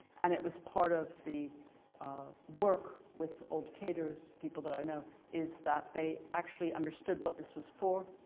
and it was part of the work with old cadres people that i know is that they actually understood what this was for.